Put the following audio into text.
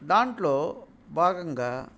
దాంట్లో భాగంగా